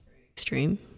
Extreme